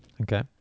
Okay